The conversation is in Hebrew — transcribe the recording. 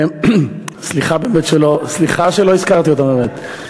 סליחה שלא הזכרתי אותם, באמת.